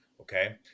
okay